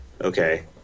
okay